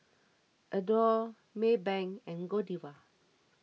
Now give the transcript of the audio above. Adore Maybank and Godiva